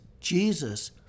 Jesus